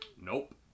Nope